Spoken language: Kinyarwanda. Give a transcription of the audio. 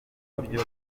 buryo